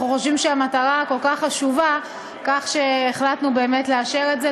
אנחנו חושבים שהמטרה כל כך חשובה כך שהחלטנו באמת לאשר את זה.